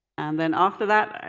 and then after that,